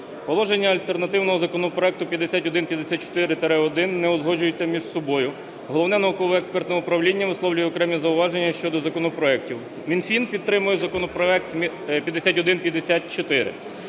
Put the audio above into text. Положення альтернативного законопроекту 5154-1 не узгоджуються між собою. Головне науково-експертне управління висловлює окремі зауваження щодо законопроектів. Мінфін підтримує законопроект 5154.